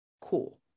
Cool